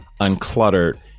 uncluttered